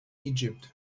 egypt